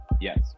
yes